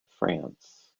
france